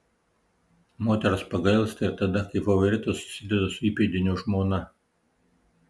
moters pagailsta ir tada kai favoritas susideda su įpėdinio žmona